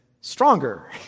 stronger